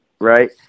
right